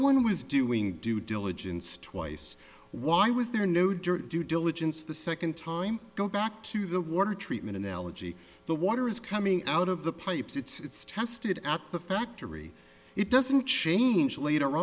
one was doing due diligence twice why was there no dirt due diligence the second time i go back to the water treatment analogy the water is coming out of the pipes it's tested at the factory it doesn't change later